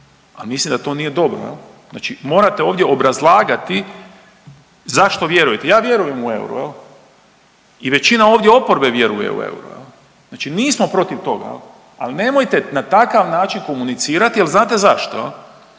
a mislim da to nije dobro, znači morate ovdje obrazlagati zašto vjerujete. Ja vjerujem u euro i većina ovdje oporbe vjeruje u euro, znači nismo protiv toga, ali nemojte na takav način komunicirati. Jel znate zašto?